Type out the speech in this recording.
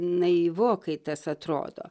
naivokai tas atrodo